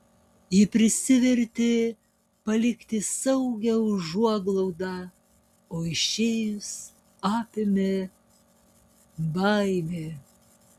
ji prisivertė palikti saugią užuoglaudą o išėjus apėmė baimė